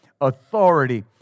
authority